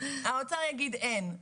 האוצר יגיד אין,